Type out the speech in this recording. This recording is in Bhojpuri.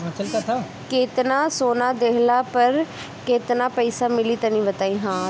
केतना सोना देहला पर केतना पईसा मिली तनि बताई?